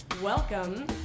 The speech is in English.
welcome